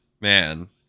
Man